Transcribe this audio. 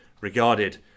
regarded